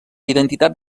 identitat